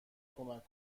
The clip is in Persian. کمک